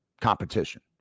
competition